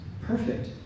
Perfect